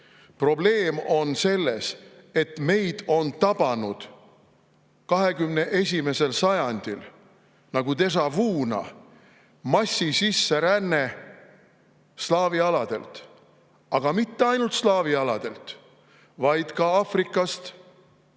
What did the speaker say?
Probleem on selles, et meid on tabanud 21. sajandil nagudéjà‑vu'na massiline sisseränne slaavi aladelt, aga mitte ainult slaavi aladelt, vaid ka Aafrikast,